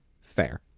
fair